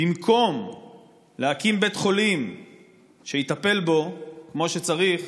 במקום להקים בית חולים שיטפל בו כמו שצריך,